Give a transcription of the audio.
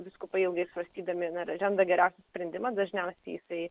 vyskupai ilgai svarstydami randa geriausią sprendimą dažniausiai jisai